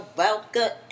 welcome